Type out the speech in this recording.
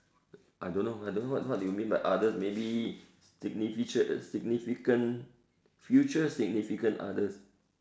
I don't know I don't know what what you mean by other maybe significant significant future significant others